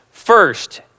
First